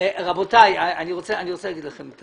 אנחנו מדברים על